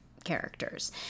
characters